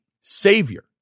savior